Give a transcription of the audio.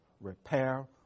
repair